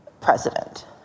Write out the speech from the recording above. president